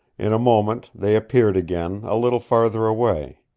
in a moment they appeared again, a little farther away.